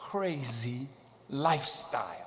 crazy lifestyle